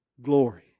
Glory